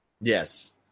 Yes